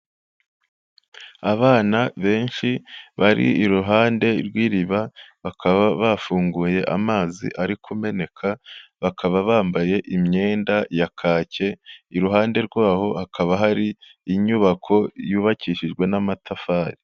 Abana benshi bari iruhande rw'iriba, bakaba bafunguye amazi ari kumeneka, bakaba bambaye imyenda ya kaki, iruhande rwaho hakaba hari inyubako yubakishijwe n'amatafari.